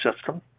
system